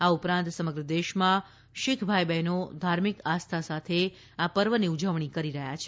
આ ઉપરાંત સમગ્ર દેશમાં શીખ ભાઈ બહેનો ધાર્મિક આસ્થા સાથે આ પર્વની ઉજવણી કરી રહ્યા છે